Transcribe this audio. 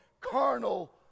carnal